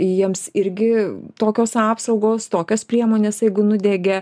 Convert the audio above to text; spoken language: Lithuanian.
jiems irgi tokios apsaugos tokios priemonės jeigu nudegė